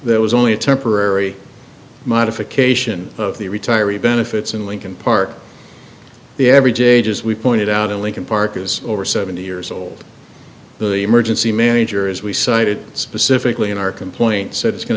there was only a temporary modification of the retiree benefits in lincoln park the average age as we pointed out in lincoln park is over seventy years old the emergency manager as we cited specifically in our complaint said it's going